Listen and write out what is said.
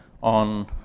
on